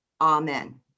Amen